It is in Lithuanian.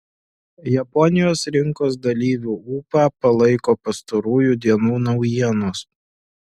japonijos rinkos dalyvių ūpą palaiko pastarųjų dienų naujienos